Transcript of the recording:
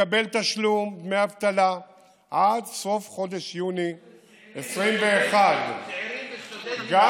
מקבל תשלום דמי אבטלה עד סוף חודש יוני 2021. צעירים וסטודנטים,